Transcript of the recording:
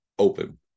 open